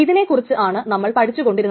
ഈ റൈറ്റ് നിരാകരിച്ചിരിക്കുന്നു